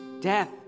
death